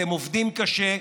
אתם עובדים קשה,